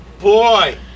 Boy